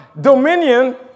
dominion